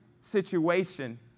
situation